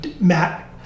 Matt